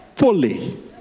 fully